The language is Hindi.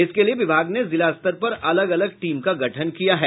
इसके लिए विभाग ने जिलास्तर पर अलग अलग टीम का गठन किया है